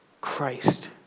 Christ